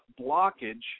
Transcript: blockage